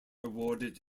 awarded